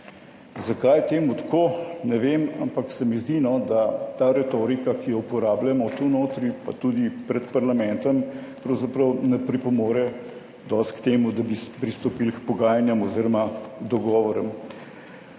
Zakaj je temu tako, ne vem, ampak se mi zdi, da ta retorika, ki jo uporabljamo tu notri, pa tudi pred parlamentom pravzaprav ne pripomore dosti k temu, da bi pristopili k pogajanjem oziroma dogovorom.